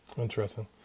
interesting